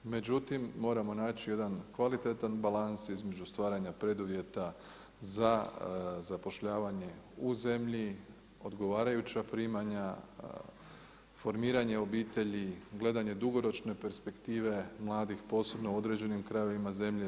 Međutim moramo naći jedan kvalitetan balans između stvaranja preduvjeta za zapošljavanje u zemlji, odgovarajuća primanja, formiranje obitelji, gledanje dugoročne perspektive mladih posebno u određenim krajevima zemlje.